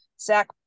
zach